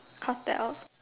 cut it off